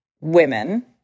women